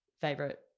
favorite